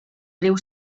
riu